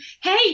hey